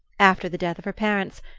after the death of her parents,